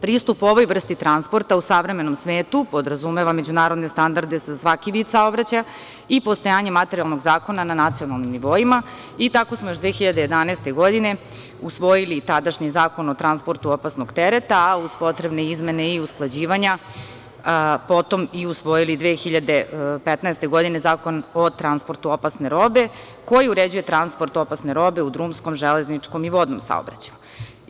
Pristup ovoj vrsti transporta u savremenom svetu podrazumeva međunarodne standarde za svaki vid saobraćaja i postojanje materijalnog zakona na nacionalnom nivoima i tako smo još 2011. godine usvojili tadašnji Zakon o transportu opasnog tereta, a uz potrebne izmene i usklađivanja potom i usvojili 2015. godine Zakon o transportu opasne robe, koji uređuje transport opasne robe u drumskom, železničkom i vodnom saobraćaju.